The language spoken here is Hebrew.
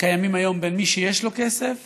שקיימים היום בין מי שיש לו כסף